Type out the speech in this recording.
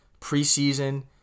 preseason